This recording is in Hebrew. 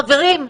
חברים,